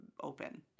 open